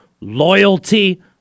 loyalty